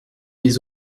les